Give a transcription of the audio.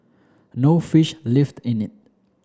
no fish lived in it